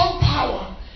power